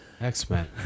X-Men